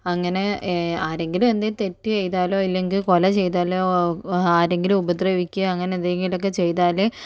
അങ്ങനെ ആരെങ്കിലും എന്ത് തെറ്റ് ചെയ്താലോ ഇല്ലെങ്കിൽ കൊല ചെയ്താലോ ആരെങ്കിലും ഉപദ്രവിക്കുക അങ്ങനെയൊക്കെ ചെയ്താല്